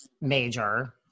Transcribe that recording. major